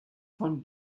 von